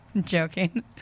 joking